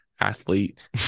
athlete